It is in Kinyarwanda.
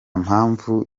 mpamvu